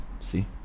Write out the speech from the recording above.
see